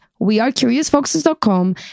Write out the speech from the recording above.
wearecuriousfoxes.com